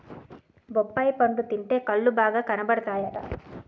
బొప్పాయి పండు తింటే కళ్ళు బాగా కనబడతాయట